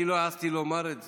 אני לא העזתי לומר את זה.